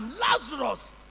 Lazarus